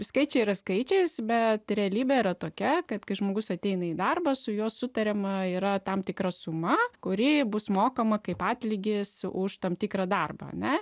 skaičiai yra skaičiais bet realybė yra tokia kad kai žmogus ateina į darbą su juo sutariama yra tam tikra suma kuri bus mokama kaip atlygis už tam tikrą darbą na